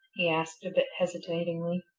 he asked a bit hesitatingly.